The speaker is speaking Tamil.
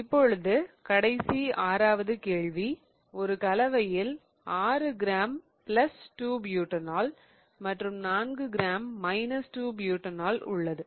இப்பொழுது கடைசி ஆறாவது கேள்வி ஒரு கலவையில் 6 கிராம் 2 புட்டானோல் 2 Butanol மற்றும் 4 கிராம் 2 புட்டானோல் 2 Butanol உள்ளது